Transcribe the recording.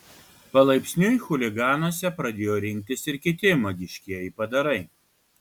palaipsniui chuliganuose pradėjo rinktis ir kiti magiškieji padarai